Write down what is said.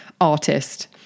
artist